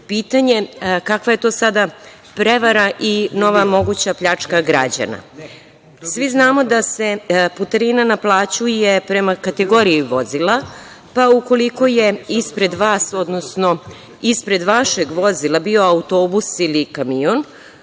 pitanje kakva je to sada prevara i nova moguća pljačka građana? Svi znamo da se putarina naplaćuje prema kategoriji vozila, pa ukoliko je ispred vas, odnosno ispred vašeg vozila, bio autobus ili kamion,